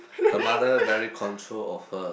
her mother very control of her